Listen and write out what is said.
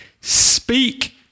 Speak